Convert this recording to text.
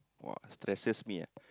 !wah! stresses me ah